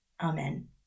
Amen